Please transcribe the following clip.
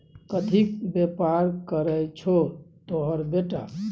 कथीक बेपार करय छौ तोहर बेटा?